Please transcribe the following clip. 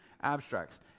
abstracts